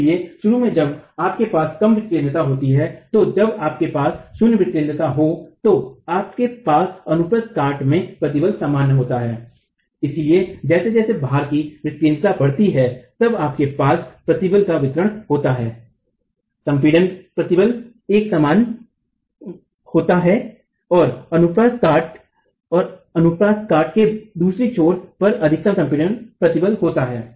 इसलिए शुरू में जब आपके पास कम विकेन्द्रता होती हैं तो जब आपके पास शून्य विकेन्द्रता हो तो आपके पास अनुप्रस्थ काट में प्रतिबल समान होता है लेकिन जैसे जैसे भार की विकेन्द्रता बढ़ती है तब आपके पास प्रतिबल का वितरण होता है संपीडन प्रतिबल एक समान नहीं होता है तब आपके पास है अनुप्रथ काट के एक छोर पर न्यूनतम संपीडन प्रतिबल होता है और अनुप्रथ काट के दूसरे छोर पर अधिकतम संपीडन प्रतिबल होता है